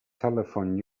telephone